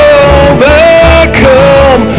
overcome